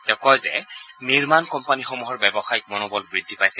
তেওঁ কয় যে নিৰ্মাণ কোম্পানীসমূহৰ ব্যৱসায়িক মনোবল বৃদ্ধি পাইছে